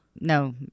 No